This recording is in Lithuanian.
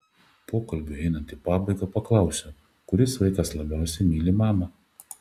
pokalbiui einant į pabaigą paklausiau kuris vaikas labiausiai myli mamą